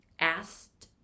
asked